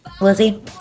Lizzie